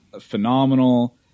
phenomenal